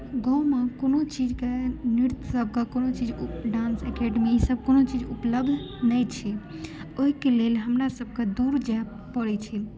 गाँवमे कोनो चीजकेँ नृत्य सब कऽ कोनो चीज डांस अकैडमी ई सब कोनो चीज उपलब्ध नहि छै ओहिके लेल हमरा सब कऽ दूर जाय पड़ै छै